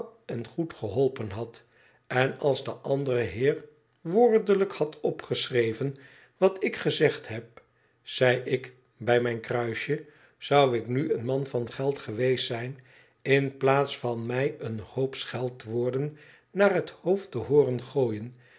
en goed geholpen hadt en als de andere heer woordelijk had opgeschreven wat ik gezegd heb zei ik bij mijn kruisje zou ik nu een man van geld geweest zijn in plaats van mij een hoop scheldwoorden naar het hoofd te hooren gooien